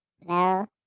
No